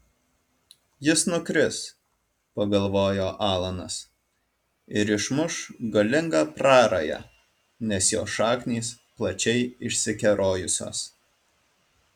jis nukris pagalvojo alanas ir išmuš galingą prarają nes jo šaknys plačiai išsikerojusios